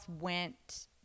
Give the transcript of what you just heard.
went